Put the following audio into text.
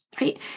Right